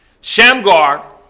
Shamgar